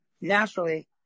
naturally